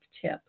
tip